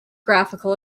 graphical